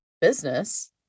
business